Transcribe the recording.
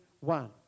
one